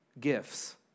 gifts